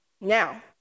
now